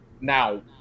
Now